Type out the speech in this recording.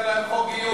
תעשה להם חוק גיור.